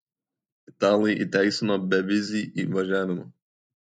italai įteisino bevizį įvažiavimą